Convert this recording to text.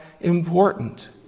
important